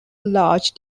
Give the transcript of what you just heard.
large